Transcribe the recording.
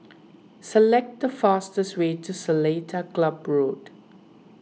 select the fastest way to Seletar Club Road